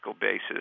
basis